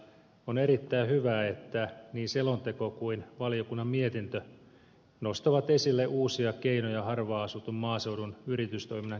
on erittäin hyvä että niin selonteko kuin valiokunnan mietintö nostavat esille uusia keinoja harvaanasutun maaseudun yritystoiminnan kehittämiseksi